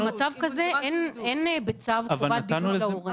אגב, במצב כזה אין בצו חובת דיווח להורים.